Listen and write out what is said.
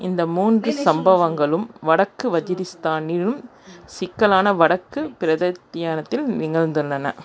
இந்த மூன்று சம்பவங்களும் வடக்கு வஜீரிஸ்தானின் சிக்கலான வடக்குப் பிராந்தியானத்தில் நிகழ்ந்துள்ளன